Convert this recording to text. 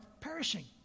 perishing